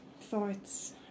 thoughts